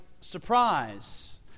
surprise